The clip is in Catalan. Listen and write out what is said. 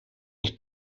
els